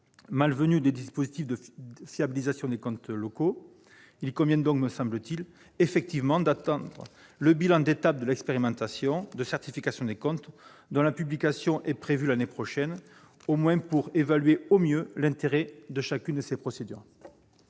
malvenu des dispositifs de fiabilisation des comptes locaux. Il convient donc bien, me semble-t-il, d'attendre le bilan d'étape de l'expérimentation de certification des comptes, dont la publication est prévue l'année prochaine, afin,, de pouvoir évaluer au mieux l'intérêt de chacune de ces procédures.